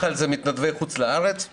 מח"ל זה מתנדבי חוץ לארץ.